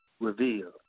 reveal